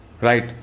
right